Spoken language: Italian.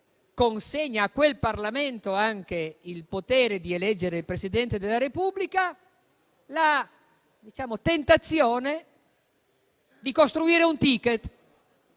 consegnano al Parlamento anche il potere di eleggere il Presidente della Repubblica, la tentazione è di costruire un *ticket*